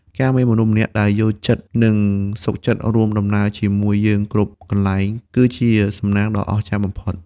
ការមានមនុស្សម្នាក់ដែលយល់ចិត្ត និងសុខចិត្តរួមដំណើរជាមួយយើងគ្រប់កន្លែង គឺជាសំណាងដ៏អស្ចារ្យបំផុត។